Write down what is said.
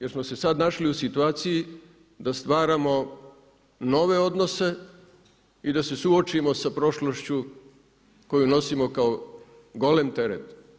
Jer smo se sad našli u situaciji da stvaramo nove odnose i da se suočimo sa prošlošću koju nosimo kao golem teret.